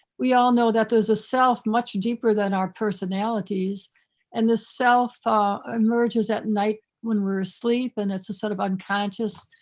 we all know that those are self much deeper than our personalities and the self emerges at night when we're asleep and it's a set of unconscious,